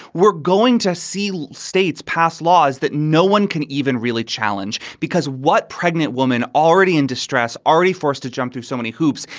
we're going to see states pass laws that no one can even really challenge, because what pregnant woman already in distress, already forced to jump through so many hoops,